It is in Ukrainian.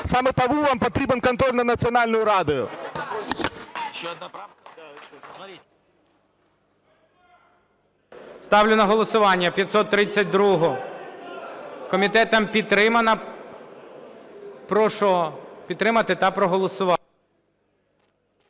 Саме тому вам потрібен контроль над Національною радою. ГОЛОВУЮЧИЙ. Ставлю на голосування 532. Комітетом підтримана. Прошу підтримати та проголосувати.